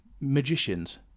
magicians